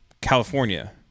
California